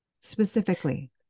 Specifically